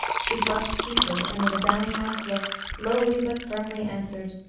she blushed deeply, and, with a downcast look, lowly, but firmly answered,